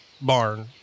barn